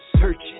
searching